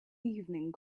evening